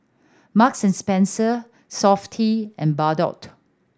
Marks and Spencer Sofy and Bardot